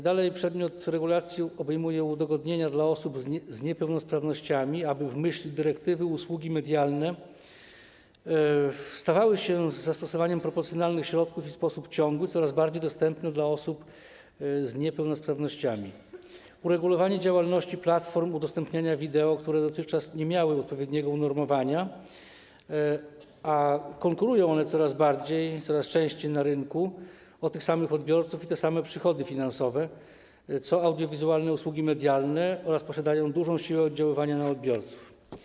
Dalej: przedmiot regulacji obejmuje udogodnienia dla osób z niepełnosprawnościami, aby, w myśl dyrektywy, usługi medialne stawały się, z zastosowaniem proporcjonalnych środków i w sposób ciągły, coraz bardziej dostępne dla osób z niepełnosprawnościami, a także uregulowanie działalności platform udostępniania wideo, które dotychczas nie miały odpowiedniego unormowania, a które konkurują coraz bardziej, coraz częściej na rynku o tych samych odbiorców i te same przychody finansowe co audiowizualne usługi medialne oraz posiadają dużą siłę oddziaływania na odbiorców.